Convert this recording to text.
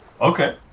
okay